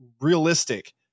realistic